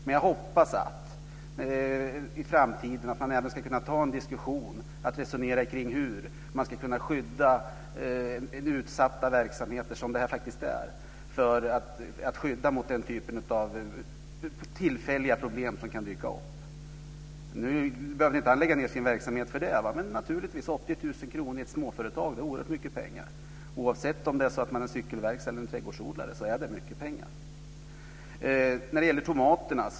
Men jag hoppas att man i framtiden ändå ska kunna ta en diskussion och resonera om hur man ska kunna skydda utsatta verksamheter som det här faktiskt är från den typen av tillfälliga problem som kan dyka upp. Nu behövde han inte lägga ned sin verksamhet för det. Men 80 000 kr i ett småföretag är oerhört mycket pengar. Oavsett om man har cykelverkstad eller trädgårdsodling är det mycket pengar. Så till tomaterna.